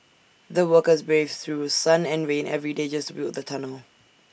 the workers braved through sun and rain every day just to build the tunnel